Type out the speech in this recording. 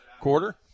quarter